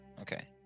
Okay